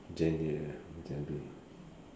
genre genre